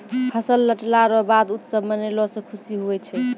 फसल लटला रो बाद उत्सव मनैलो से खुशी हुवै छै